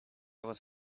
was